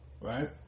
Right